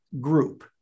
group